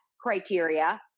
criteria